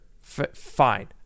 fine